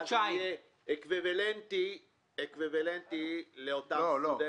ואז זה יהיה אקוויוולנטי לאותם סטודנטים.